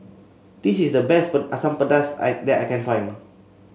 this is the best Asam Pedas that I can find